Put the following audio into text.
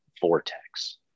vortex